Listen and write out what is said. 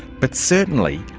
but certainly,